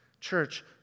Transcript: Church